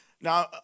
Now